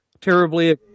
terribly